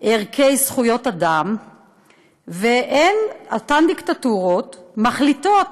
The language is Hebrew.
ערכי זכויות אדם, והן, אותן דיקטטורות, מחליטות